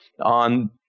on